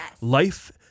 Life